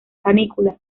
panículas